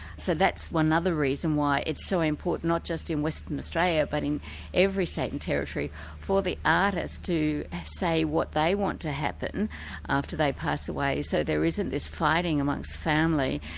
so that's one other reason why it's so important, not just in western australia, but in every state and territory for the artist to say what they want to happen after they pass away. so there isn't this fighting amongst family,